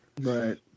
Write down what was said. Right